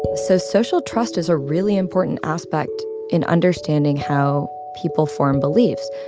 so social trust is a really important aspect in understanding how people form beliefs.